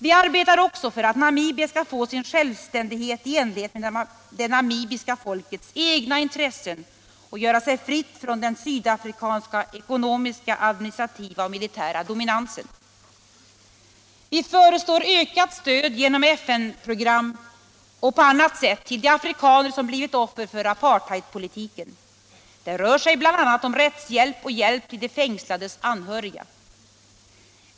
—- Vi arbetar också för att Namibia skall få sin självständighet i enlighet med det namibiska folkets egna intressen och göra sig fritt från den sydafrikanska ekonomiska, administrativa och militära dominansen. —- Vi föreslår ökat stöd genom FN-program och på annat sätt till de afrikaner som blivit offer för apartheidpolitiken. Det rör sig bl.a. om rättshjälp och hjälp till de fängslades anhöriga.